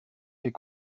est